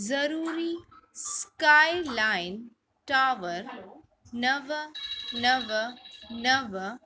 ज़रूरी skyline tower नव नव नव